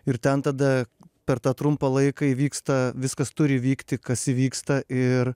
ir ten tada per tą trumpą laiką įvyksta viskas turi vykti kas įvyksta ir